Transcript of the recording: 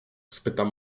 spytam